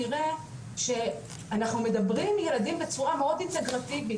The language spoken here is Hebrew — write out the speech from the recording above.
נראה שאנחנו מדברים עם ילדים בצורה מאוד אינטגרטיבית,